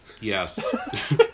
Yes